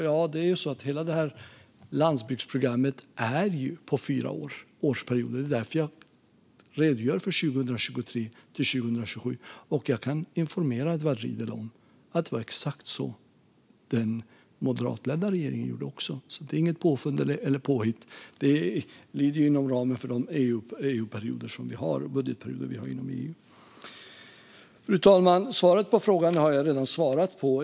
Ja, det är ju så: Hela landsbygdsprogrammet är på fyra årsperioder. Det är därför jag redogör för 2023-2027. Jag kan också informera Edward Riedl om att det var exakt så den moderatledda regeringen gjorde. Det är inget påfund eller påhitt, utan det ligger inom ramen för de budgetperioder vi har inom EU. Fru talman! Frågan har jag redan svarat på.